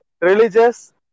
religious